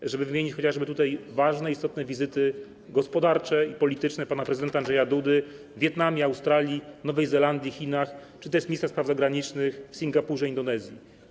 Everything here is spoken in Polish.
Można tutaj wymienić chociażby ważne, istotne wizyty gospodarcze i polityczne pana prezydenta Andrzeja Dudy w Wietnamie, Australii, Nowej Zelandii, Chinach czy też ministra spraw zagranicznych w Singapurze, Indonezji.